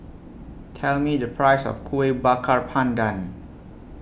Tell Me The Price of Kueh Bakar Pandan